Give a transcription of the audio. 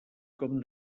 com